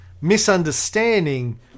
misunderstanding